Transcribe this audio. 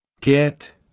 Get